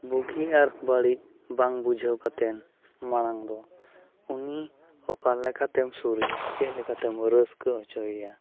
ᱵᱩᱜᱤ ᱟᱨ ᱵᱟᱹᱲᱤᱡᱽ ᱵᱟᱝ ᱵᱩᱡᱷᱟᱹᱣ ᱠᱟᱛᱮᱫ ᱢᱟᱲᱟᱝ ᱫᱚ ᱩᱱᱤ ᱚᱠᱟ ᱞᱮᱠᱟᱛᱮᱢ ᱥᱩᱨᱮᱭᱟ ᱪᱮᱫ ᱞᱮᱠᱟᱛᱮᱢ ᱨᱟᱹᱥᱠᱟᱹ ᱦᱚᱪᱚᱭᱮᱭᱟ